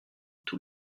tous